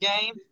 game